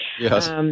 Yes